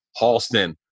Halston